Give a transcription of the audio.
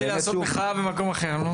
חשבתי, לעשות מחאה במקום אחר.